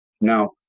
Now